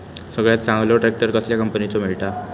सगळ्यात चांगलो ट्रॅक्टर कसल्या कंपनीचो मिळता?